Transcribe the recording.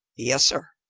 yes, sir,